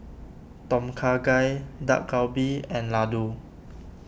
Tom Kha Gai Dak Galbi and Ladoo